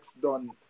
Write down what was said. done